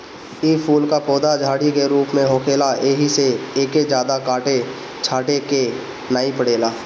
इ फूल कअ पौधा झाड़ी के रूप में होखेला एही से एके जादा काटे छाटे के नाइ पड़ेला